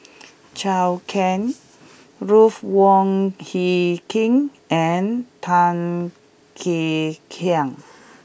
Zhou Can Ruth Wong Hie King and Tan Kek Hiang